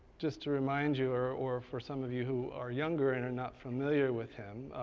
just to remind you or or for some of you who are younger and are not familiar with him,